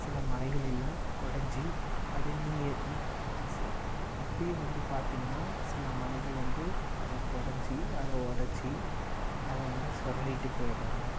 சில மலைகள் எல்லாம் குடைஞ்சி அதை நீங்கள் நீ சி இப்போ இப்போயும் வந்து பார்த்திங்கன்னா சில மலைகள் வந்து அத குடைஞ்சி அதை உடச்சி அதை வந்து சொரண்டிட்டு போயிடுறாங்கள்